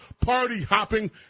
party-hopping